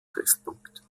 treffpunkt